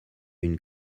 une